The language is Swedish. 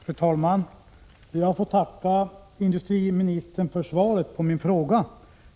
Fru talman! Jag får tacka industriministern för svaret på min fråga.